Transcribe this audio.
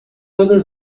other